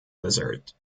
lizard